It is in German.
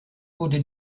wurde